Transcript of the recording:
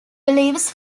believes